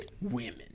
women